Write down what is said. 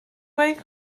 dweud